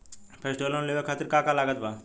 Festival loan लेवे खातिर का का लागत बा?